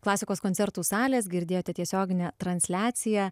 klasikos koncertų salės girdėjote tiesioginę transliaciją